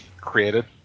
created